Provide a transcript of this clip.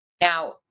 Now